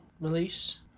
release